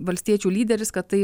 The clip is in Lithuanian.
valstiečių lyderis kad tai